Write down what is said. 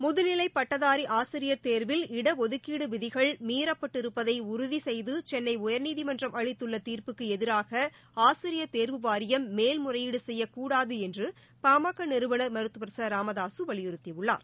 முதுநிலை பட்டதாரி ஆசிரியர் தேர்வில் இடஒதுக்கீடு விதிகள் மீறப்பட்டிருப்பதை உறுதி செய்து சென்னை உயா்நீதிமன்றம் அளித்துள்ள தீர்ப்புக்கு எதிராக ஆசிரியா் தேர்வு வாரியம் மேல்முறையீடு செய்யக்கூடாது என்று பாமக நிறுவனர் மருத்துவர் ச ராமதாசு வலியுறுத்தியுள்ளார்